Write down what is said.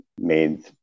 made